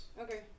Okay